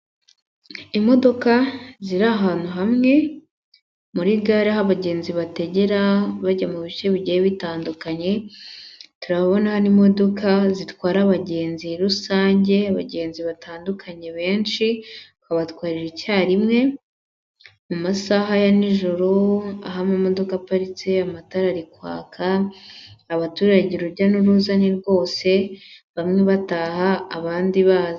Imodoka ziri ahantu hamwe, muri gare aho abagenzi bategera bajya mubice bigiye bitandukanye, turabona hano imodoka zitwara abagenzi rusange, abagenzi batandukanye benshi, babatwarira icyarimwe, mu masaha ya nijoro aho ama modoka aparitse amatara ari kwaka, abaturage urujya n'uruza ni rwose, bamwe bataha abandi baza.